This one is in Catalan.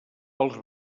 pels